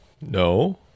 No